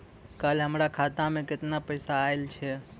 कल हमर खाता मैं केतना पैसा आइल छै?